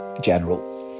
general